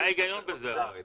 בזה בכלל?